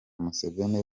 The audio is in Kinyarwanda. museveni